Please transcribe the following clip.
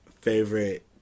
favorite